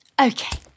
Okay